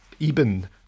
Eben